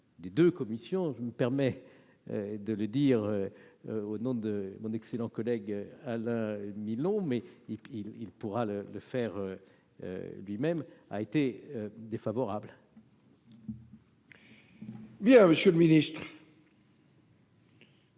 des deux commissions- je me permets de le dire au nom de mon excellent collègue Alain Milon, mais il pourra le faire lui-même -est défavorable sur ces